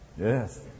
Yes